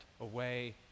away